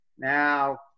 Now